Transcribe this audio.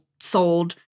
sold